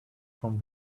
from